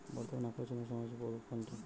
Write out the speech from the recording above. বর্তমানে আকর্ষনিয় সামাজিক প্রকল্প কোনটি?